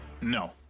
No